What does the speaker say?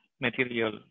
material